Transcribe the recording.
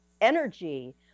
energy